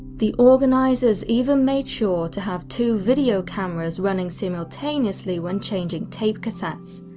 the organisers even made sure to have two video cameras running simultaneously when changing tape cassettes,